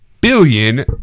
billion